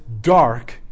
dark